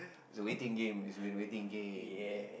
it's a waiting game it's been waiting game eh